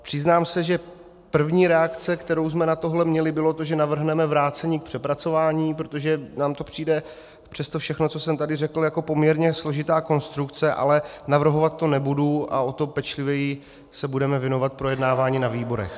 Přiznám se, že první reakce, kterou jsme na to měli, bylo to, že navrhneme vrácení k přepracování, protože nám to přijde přes to všechno, co jsem tady řekl, jako poměrně složitá konstrukce, ale navrhovat to nebudu a o to pečlivěji se budeme věnovat projednávání na výborech.